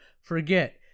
forget